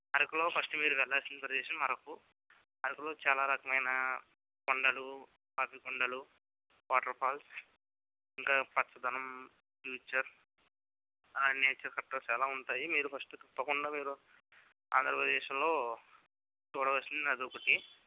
అరకులో ఫస్ట్ మీరు వెళ్ళాల్సిన ప్రదేశం అరకు అరకులో చాలా రకమైన కొండలు పాపికొండలు వాటర్ ఫాల్స్ ఇంకా పచ్చదనం నేచర్ ఆ నేచర్ గట్ర చాలా ఉంటాయి మీరు ఫస్ట్ తప్పకుండా మీరు ఆంధ్రప్రదేశంలో చూడవలసింది అదొకటి